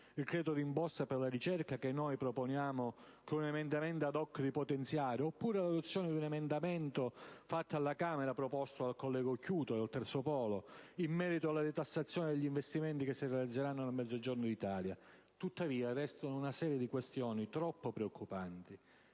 il credito d'imposta per la ricerca, che noi proponiamo con un emendamento *ad hoc* di potenziare, oppure l'adozione di un emendamento presentato alla Camera e proposto dal collega Occhiuto, del Terzo polo, in merito alla detassazione degli investimenti che si realizzeranno nel Mezzogiorno d'Italia. Tuttavia, restano una serie di questioni troppo preoccupanti.